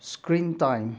screen time